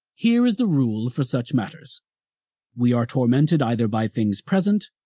here is the rule for such matters we are tormented either by things present,